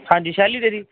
ਹਾਂਜੀ ਸ਼ੈਲੀ ਡੇਅਰੀ